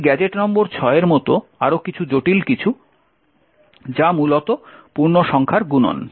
এই gadget number 6 এর মতো আরও জটিল কিছু যা মূলত পূর্ণসংখ্যা গুণন